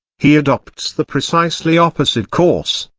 he adopts the precisely opposite course,